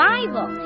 Bible